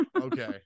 okay